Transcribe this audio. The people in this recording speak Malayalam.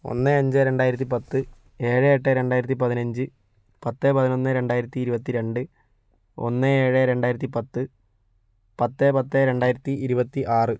ഒന്ന് അഞ്ച് രണ്ടായിരത്തിപ്പത്ത് ഏഴ് എട്ട് രണ്ടായിരത്തിപ്പതിനഞ്ച് പത്ത് പതിനൊന്ന് രണ്ടായിരത്തിയിരുപത്തി രണ്ട് ഒന്ന് ഏഴ് രണ്ടായിരത്തിപ്പത്ത് പത്ത് പത്ത് രണ്ടായിരത്തിയിരുപത്തി ആറ്